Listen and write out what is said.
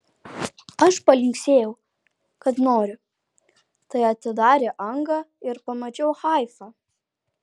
aš palinksėjau kad noriu tai atidarė angą ir pamačiau haifą